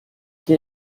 get